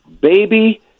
Baby